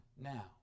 now